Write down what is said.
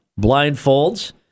blindfolds